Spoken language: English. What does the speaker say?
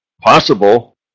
possible